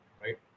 right